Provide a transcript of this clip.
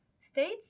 states